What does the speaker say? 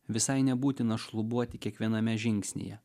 visai nebūtina šlubuoti kiekviename žingsnyje